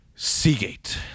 seagate